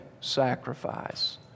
sacrifice